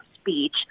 speech